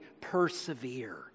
persevere